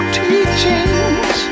teachings